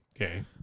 okay